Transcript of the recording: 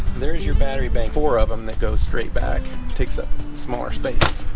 there's your battery bank four of them that goes straight back takes up smaller space